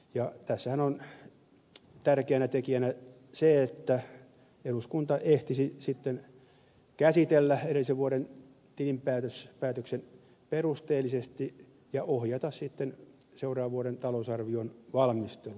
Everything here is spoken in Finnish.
tässähän on tärkeänä tekijänä se että eduskunta ehtisi sitten käsitellä edellisen vuoden tilinpäätöksen perusteellisesti ja ohjata seuraavan vuoden talousarvion valmistelua